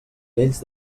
vells